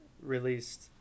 Released